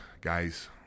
guys